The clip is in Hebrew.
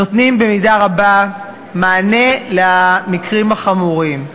נותנים מענה למקרים החמורים.